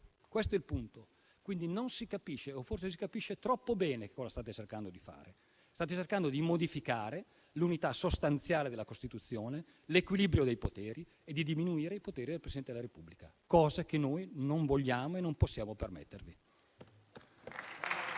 Questo è il punto. Quindi non si capisce, o forse si capisce troppo bene, cosa state cercando di fare. State cercando di modificare l'unità sostanziale della Costituzione e l'equilibrio dei poteri e di diminuire i poteri del Presidente della Repubblica, cosa che noi non vogliamo e non possiamo permettervi.